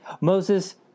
Moses